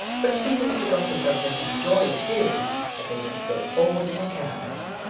but speedily forgot the subject in the joy of hearing that they were to go forward in the caravan,